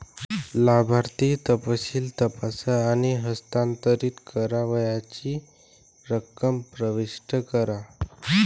लाभार्थी तपशील तपासा आणि हस्तांतरित करावयाची रक्कम प्रविष्ट करा